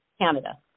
Canada